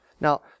Now